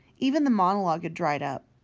even the monologue had dried up.